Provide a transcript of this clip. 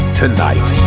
tonight